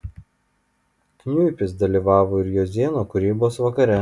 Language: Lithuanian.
kniuipis dalyvavo ir jozėno kūrybos vakare